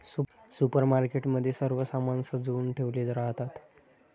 supermarket मध्ये सर्व सामान सजवुन ठेवले राहतात